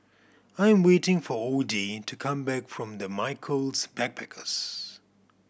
I'm waiting for Odie to come back from the Michaels Backpackers